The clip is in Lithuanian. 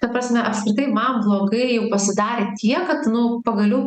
ta prasme apskritai man blogai jau pasidarė tiek kad nu pagaliau